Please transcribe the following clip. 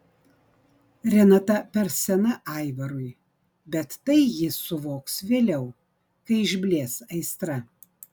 renata per sena aivarui bet tai jis suvoks vėliau kai išblės aistra